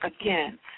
again